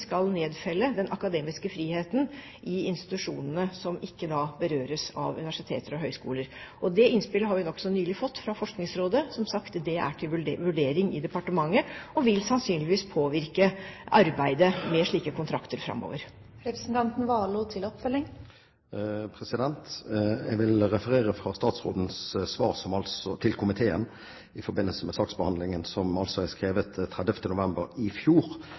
skal nedfelle den akademiske friheten i institusjonene som ikke berøres av universiteter og høyskoler. Det innspillet har vi nokså nylig fått fra Forskningsrådet. Som sagt, det er til vurdering i departementet og vil sannsynligvis påvirke arbeidet med slike kontrakter framover. Jeg vil referere til statsrådens svar til komiteen i forbindelse med saksbehandlingen, som altså er skrevet den 30. november i fjor.